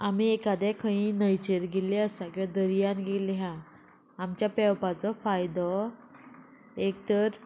आमी एकादे खंयी न्हंयचेर गेल्ले आसा किंवां दर्यान गेल्ले आहा आमच्या पेंवपाचो फायदो एक तर